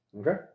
Okay